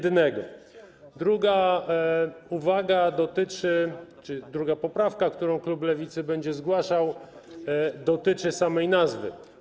Druga uwaga, druga poprawka, którą klub Lewicy będzie zgłaszał, dotyczy samej nazwy.